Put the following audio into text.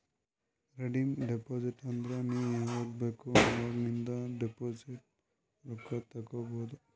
redeem deposit ಅಂದುರ್ ನೀ ಯಾವಾಗ್ ಬೇಕ್ ಅವಾಗ್ ನಿಂದ್ ಡೆಪೋಸಿಟ್ ರೊಕ್ಕಾ ತೇಕೊಬೋದು